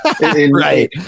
right